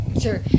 Sure